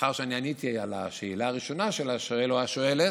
לאחר שאני עניתי על השאלה הראשונה של השואל או השואלת,